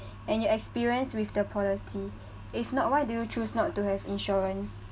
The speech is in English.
and your experience with the policy if not why do you choose not to have insurance